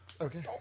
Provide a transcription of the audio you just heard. Okay